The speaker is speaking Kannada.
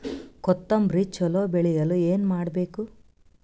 ಕೊತೊಂಬ್ರಿ ಚಲೋ ಬೆಳೆಯಲು ಏನ್ ಮಾಡ್ಬೇಕು?